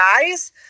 guys